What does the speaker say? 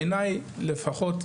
בעיניי לפחות,